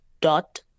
dot